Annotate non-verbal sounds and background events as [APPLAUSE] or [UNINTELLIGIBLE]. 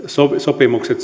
sopimukset [UNINTELLIGIBLE]